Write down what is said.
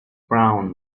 frown